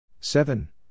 Seven